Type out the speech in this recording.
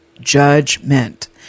judgment